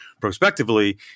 prospectively